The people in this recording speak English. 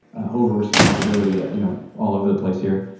ah over-responsibility ah you know all over the place here.